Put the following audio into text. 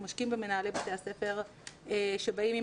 אנחנו משקיעים במנהלי בתי הספר שבאים עם